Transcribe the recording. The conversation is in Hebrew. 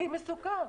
הכי מסוכן.